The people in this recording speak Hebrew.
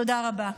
תודה רבה.